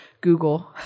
Google